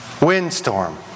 windstorm